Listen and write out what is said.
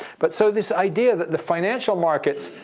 but so this idea that the financial markets,